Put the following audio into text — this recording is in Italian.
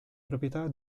proprietà